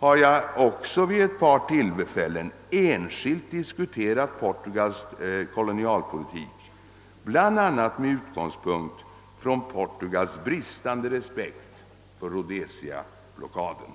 har jag också vid ett par tillfällen enskilt diskuterat frågan om Portugals kolonialpolitik, bl.a. med utgångspunkt från Portugals bristande respekt för Rhodesiablockaden.